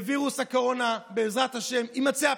לווירוס הקורונה, בעזרת השם, יימצא הפתרון,